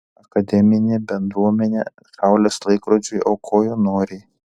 akademinė bendruomenė saulės laikrodžiui aukojo noriai